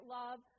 love